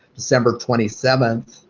december twenty seven,